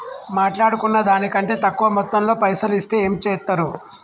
మాట్లాడుకున్న దాని కంటే తక్కువ మొత్తంలో పైసలు ఇస్తే ఏం చేత్తరు?